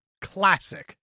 Classic